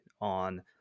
on